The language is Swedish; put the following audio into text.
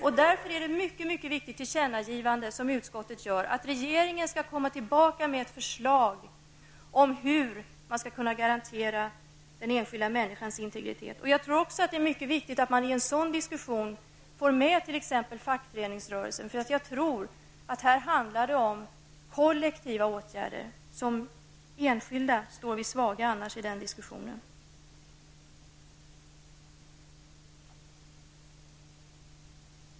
Utskottet kommer med ett mycket viktigt tillkännagivande om att regeringen skall återkomma med ett förslag på hur man skall kunna garantera den enskilda människans integritet. Jag tror också att det är mycket viktigt att man i en sådan diskussion får med t.ex. fackföreningsrörelsen. Här handlar det nog om kollektiva åtgärder. Som enskilda står vi annars svaga i den diskussionen.